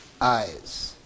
eyes